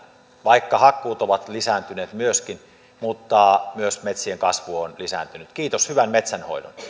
vaikka hakkuut ovat lisääntyneet myöskin niin myös metsien kasvu on lisääntynyt kiitos hyvän metsänhoidon